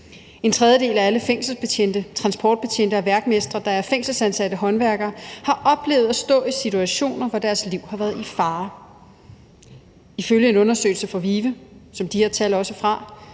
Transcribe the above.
En tredjedel af alle fængselsbetjente, transportbetjente og værkmestre, der er fængselsansatte håndværkere, har oplevet at stå i situationer, hvor deres liv har været i fare. Ifølge en undersøgelse fra VIVE, som de her tal også er fra,